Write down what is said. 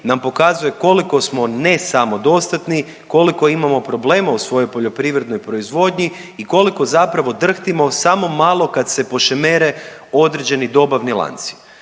nam pokazuje koliko smo ne samodostatni, koliko imamo problema u svojoj poljoprivrednoj proizvodnji i koliko zapravo drhtimo samo malo kad se pošemere određeni dobavni lanci.